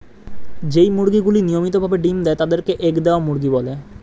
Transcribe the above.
যেই মুরগিগুলি নিয়মিত ভাবে ডিম্ দেয় তাদের কে এগ দেওয়া মুরগি বলে